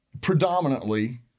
predominantly